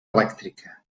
elèctrica